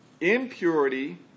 impurity